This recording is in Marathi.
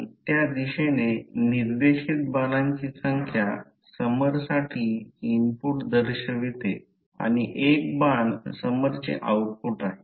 म्हणून H I 2 π r असेल ते अँपिअर पर मीटर हा अँपिअर रूल Ampere's rule आहे म्हणून मला ते स्पष्ट करू द्या